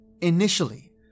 Initially